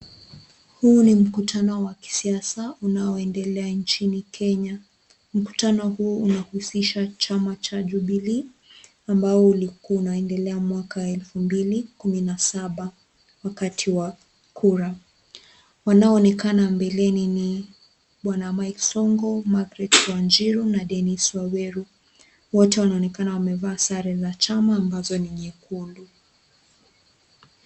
Huu ni mkutano wa kisiasa unaoendelea inchini Kenya. Mkutano huu unahusisha Chama Cha Jubelee, ambao ulikua unaendelea mwaka elfu mbili kumi na saba wakati wakura. Wanaoonekana mbeleni ni bwana Mike Songo, Margaret Wanjiru, na Denise Waweru. Wote wanaonekana wamevaa sare za Chama ambazo ni nyekundu.